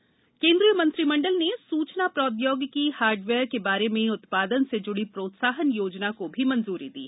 सूचना प्रोद्योगिकी केन्द्रीय मंत्रिमंडल ने सूचना प्रोद्योगिकी हार्डवेयर के बारे में उत्पादन से जुड़ी प्रोत्साहन योजना को भी मंजूरी दी